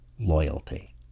loyalty